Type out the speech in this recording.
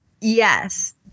Yes